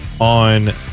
on